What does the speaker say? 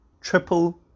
triple